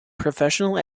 professional